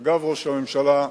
אגב, ראש הממשלה,